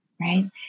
right